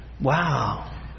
Wow